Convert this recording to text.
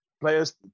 players